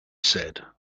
said